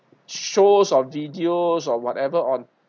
shows or videos or whatever on